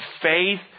faith